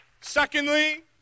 Secondly